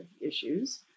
issues